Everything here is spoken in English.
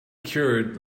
cured